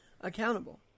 accountable